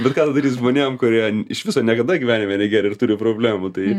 bet ką daryt žmonėm kurie iš viso niekada gyvenime negėrė ir turi problemų tai